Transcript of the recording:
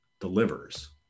delivers